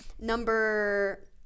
number